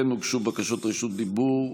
כן הוגשו בקשות רשות דיבור.